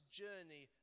journey